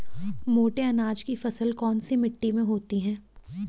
मोटे अनाज की फसल कौन सी मिट्टी में होती है?